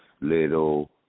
little